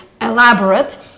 elaborate